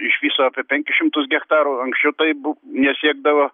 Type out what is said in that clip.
iš viso apie penkis šimtus gektarų anksčiau tai bu nesiekdavo